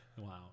Wow